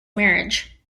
marriage